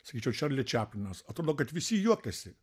sakyčiau čarli čaplinas atrodo kad visi juokiasi